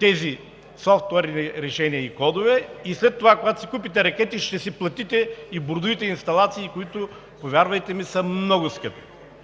тези софтуерни решения и кодове, а след това, когато си купите ракети, ще си платите и бордовите инсталации, които са много скъпи,